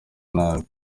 nabi